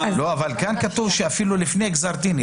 אבל כאן כתוב שאפילו לפני גזר דין.